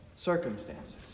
circumstances